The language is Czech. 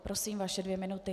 Prosím, vaše dvě minuty.